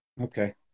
Okay